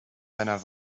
deiner